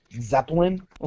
Zeppelin